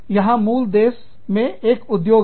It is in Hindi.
यह मूल देश में एक उद्योग है